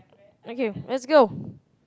okay let's go